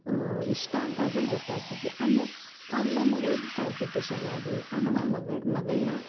ಇಷ್ಟ ಅಂತ ಅದ್ರಲ್ಲಿ ಗೊತಾಗ್ತಿತ್ತು ಅಲ್ಲಿ ಅಮ್ಮ ಮಗಳಿಗೂ ಕಾಂಪಿಟೇಷನ್ ಆಗಲಿ ಅಮ್ಮ ಮಗಳ ಮಗಳನ್ನ